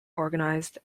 organized